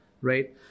right